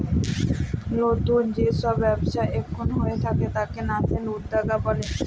লতুল যে সব ব্যবচ্ছা এখুন হয়ে তাকে ন্যাসেন্ট উদ্যক্তা ব্যলে